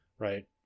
Right